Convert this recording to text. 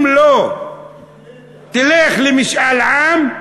אם לא תלך למשאל עם,